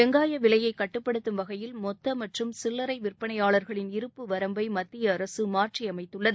வெங்காய விலையை கட்டுப்படுத்தும் வகையில் மொத்த மற்றும் சில்லரை விற்பனையாளர்களின் இருப்பு வரம்பை மத்திய அரசு மாற்றியமைத்துள்ளது